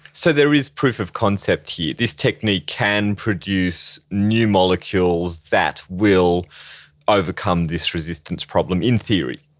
so there is proof of concept here, this technique can produce new molecules that will overcome this resistance problem, in theory?